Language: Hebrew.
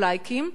או "לייקים",